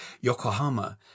Yokohama